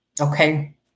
Okay